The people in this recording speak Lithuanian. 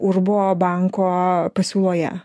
urbo banko pasiūloje